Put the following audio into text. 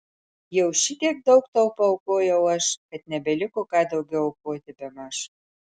jau šitiek daug tau paaukojau aš kad nebeliko ką daugiau aukoti bemaž